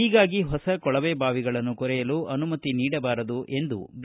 ಹೀಗಾಗಿ ಹೊಸ ಕೊಳವೆಬಾವಿಗಳನ್ನು ಕೊರೆಯಲು ಅನುಮತಿ ನೀಡಬಾರದು ಎಂದು ಬಿ